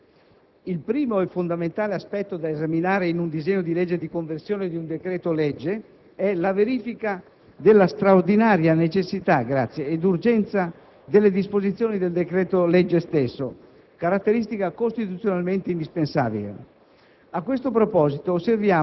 Signor Presidente, il primo e fondamentale aspetto da esaminare in un disegno di legge di conversione di un decreto-legge è la verifica della straordinaria necessità ed urgenza delle disposizioni del decreto-legge stesso, caratteristica costituzionalmente indispensabile.